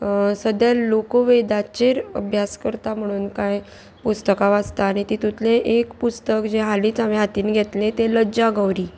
सद्द्या लोकवेदाचेर अभ्यास करता म्हणून कांय पुस्तकां वाचता आनी तितूंतलें एक पुस्तक जें हालींच हांवें हातीन घेतलें तें लज्जा गौरी